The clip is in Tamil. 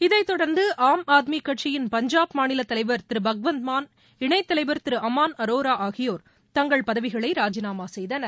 இதைத் தொடர்ந்து ஆம் ஆத்மி கட்சியின் பஞ்சாப் மாநிலத் தலைவர் திரு பக்வந்த் மான் இணைத் தலைவர் திரு அமான் அரோரா ஆகியோர் தங்கள் பதவிகளை ராஜினாமா செய்தனர்